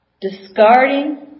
Discarding